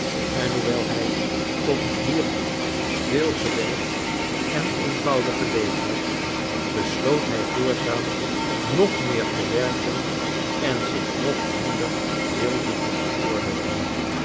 en hoewel hij tot hiertoe veel gewerkt en eenvoudig geleefd had besloot hij voortaan nog meer te werken en zich nog minder weelde te veroorloven